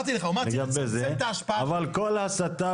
אבל כל הסתה,